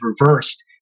reversed